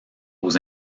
aux